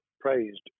praised